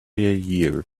year